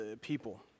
people